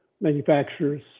manufacturers